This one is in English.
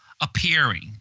appearing